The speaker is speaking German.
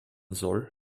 soll